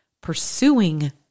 pursuing